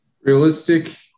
Realistic